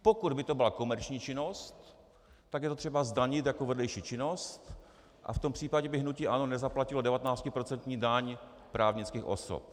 Pokud by to byla komerční činnost, tak je to třeba zdanit jako vedlejší činnost a v tom případě by hnutí ANO nezaplatilo 19procentní daň právnických osob.